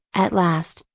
at last,